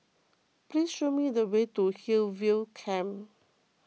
please show me the way to Hillview Camp